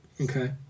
Okay